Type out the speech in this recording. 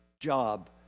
job